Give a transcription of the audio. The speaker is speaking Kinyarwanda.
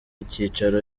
icyicaro